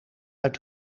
uit